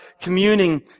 communing